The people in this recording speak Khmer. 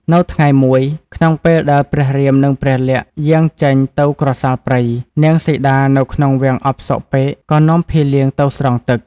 នៅថ្ងៃមួយ ក្នុងពេលដែលព្រះរាមនិងព្រះលក្សណ៍យាងចេញទៅក្រសាលព្រៃ នាង សីតានៅក្នុងវាំងអផ្សុកពេកក៏នាំភីលៀងទៅស្រង់ទឹក។